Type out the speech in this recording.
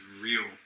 real